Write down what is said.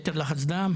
יתר לחץ דם,